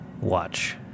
watch